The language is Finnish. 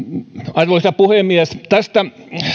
arvoisa puhemies tästä